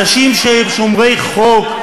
אנשים שהם שומרי חוק,